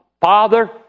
father